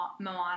Moana